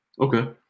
Okay